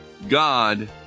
God